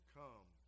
come